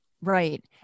Right